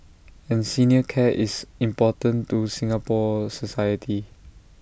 and senior care is important to Singapore society